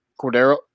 Cordero